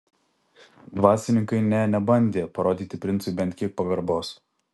dvasininkai nė nebandė parodyti princui bent kiek pagarbos